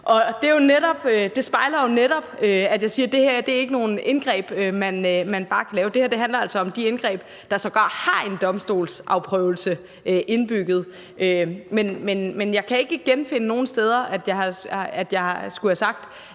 det spejler jo netop, at jeg siger, at det her ikke er nogle indgreb, man bare kan lave; det her handler altså om de indgreb, der har en domstolsprøvelse indbygget. Men jeg kan ikke genfinde nogen steder, at jeg skulle have sagt,